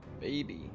Baby